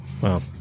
Wow